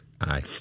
Aye